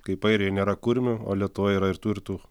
kaip airijoj nėra kurmių o lietuvoj yra ir tų ir tų